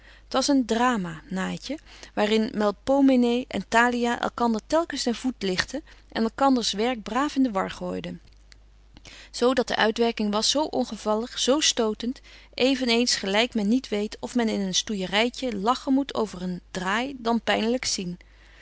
t was een drama naatje waar in melpomene en thalia elkander telkens den voet ligtten en elkanders werk braaf in de war gooiden zo dat de uitwerking was zo ongevallig zo stotent even eens gelyk men niet weet of men in een stoeijerytje lachen moet over een draai dan pynelyk zien